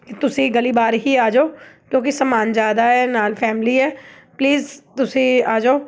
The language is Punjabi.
ਕਿ ਤੁਸੀਂ ਗਲੀ ਬਾਹਰ ਹੀ ਆ ਜਾਓ ਕਿਉਂਕਿ ਸਮਾਨ ਜ਼ਿਆਦਾ ਹੈ ਨਾਲ ਫੈਮਿਲੀ ਹੈ ਪਲੀਜ਼ ਤੁਸੀਂ ਆ ਜਾਓ